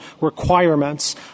requirements